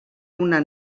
una